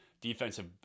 defensive